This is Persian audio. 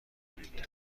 برید